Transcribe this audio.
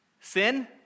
Sin